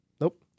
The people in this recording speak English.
Nope